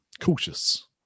cautious